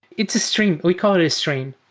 it's a stream. we call it a stream.